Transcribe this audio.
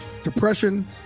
depression